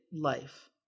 life